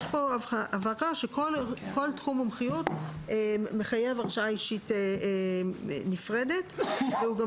יש פה הבהרה שכל תחום מומחיות מחייב הרשאה אישית נפרדת; והוא גם